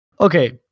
Okay